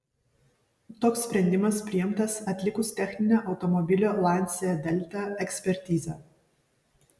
toks sprendimas priimtas atlikus techninę automobilio lancia delta ekspertizę